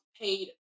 paid